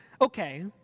okay